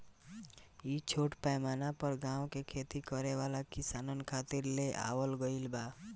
इ छोट पैमाना पर गाँव में खेती करे वाला किसानन खातिर ले आवल गईल बा